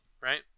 right